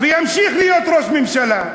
בבקשה, חבר הכנסת פריג'.